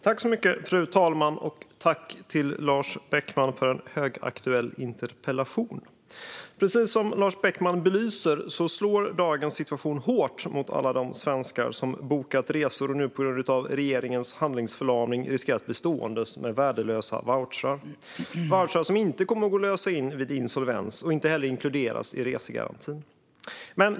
Fru talman! Jag tackar Lars Beckman för att han har ställt en högaktuell interpellation. Precis som Lars Beckman belyser slår dagens situation hårt mot alla svenskar som har bokat resor och som på grund av regeringens handlingsförlamning riskerar att bli stående med värdelösa vouchrar. Det är vouchrar som inte kommer att gå att lösa in vid insolvens och inte heller inkluderas i resegarantin.